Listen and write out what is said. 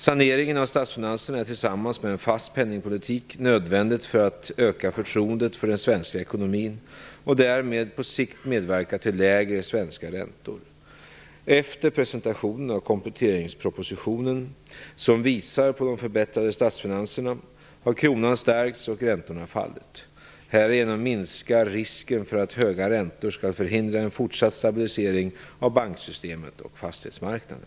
Saneringen av statsfinanserna är tillsammans med en fast penningpolitik nödvändig för att öka förtroendet för den svenska ekonomin och därmed på sikt medverka till lägre svenska räntor. Efter presentationen av kompletteringspropositionen, som visar på förbättrade statsfinanser, har kronan stärkts och räntorna fallit. Härigenom minskar risken för att höga räntor skall förhindra en fortsatt stabilisering av banksystemet och fastighetsmarknaden.